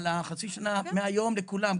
חצי שנה מהיום לכולם,